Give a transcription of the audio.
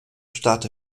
stadt